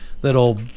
that'll